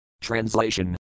Translation